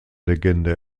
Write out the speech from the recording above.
legende